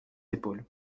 épaules